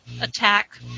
attack